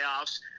playoffs